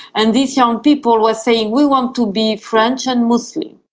and these young people were saying, we want to be french and muslim.